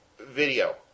video